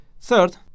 Third